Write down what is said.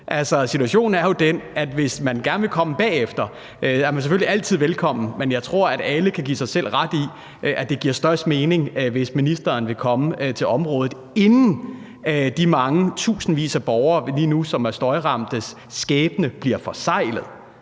situationen er jo den, at hvis man gerne vil komme bagefter, er man selvfølgelig altid velkommen, men jeg tror, at alle vil give mig ret i, at det giver størst mening, hvis ministeren vil komme til området, inden de mange tusindvis af borgeres skæbne – borgere,